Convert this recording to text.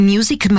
Music